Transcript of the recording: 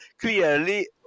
clearly